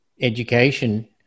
education